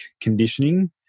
conditioning